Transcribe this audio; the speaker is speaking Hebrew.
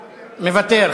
מוותר.